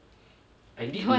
I did learn